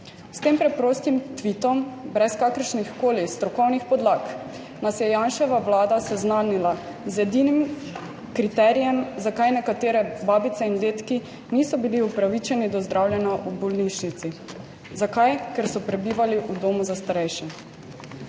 S tem preprostim tvitom brez kakršnihkoli strokovnih podlag nas je Janševa vlada seznanila z edinim kriterijem, zakaj nekaterebabice in dedki niso bili upravičeni do zdravljenja v bolnišnici. Zakaj? Ker so prebivali v domu za starejše.